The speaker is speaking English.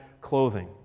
clothing